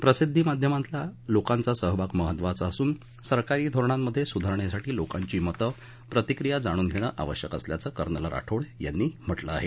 प्रसिद्धी माध्यमांमधला लोकांचा सहभाग महत्त्वाचा असून सरकारी धोरणांमध्ये सुधारणेसाठी लोकांचं मतं प्रतिक्रिया जाणून घेणं आवश्यक असल्याचं कर्नल राठोड यांनी म्हटलं आहे